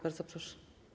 Bardzo proszę.